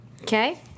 Okay